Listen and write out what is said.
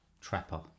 trapper